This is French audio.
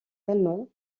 talmont